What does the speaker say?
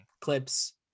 clips